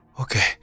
Okay